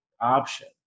option